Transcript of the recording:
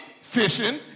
fishing